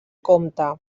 comte